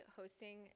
hosting